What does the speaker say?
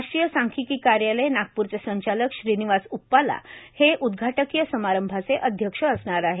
राष्ट्रीय सांख्यिकी कार्यालय नागपूरचे संचालक श्रीनिवास उप्पला हे उद्घाटकीय समारंभाचे अध्यक्ष असणार आहेत